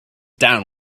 down